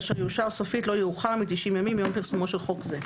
תשמ"ה-1985 אשר יאושר סופית לא יאוחר מ-90 ימים מיום פרסומו של חוק זה,"